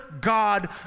God